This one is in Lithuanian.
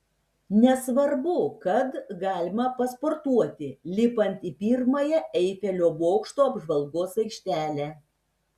nesvarbu kad galima pasportuoti lipant į pirmąją eifelio bokšto apžvalgos aikštelę